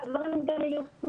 החרדית והערבית.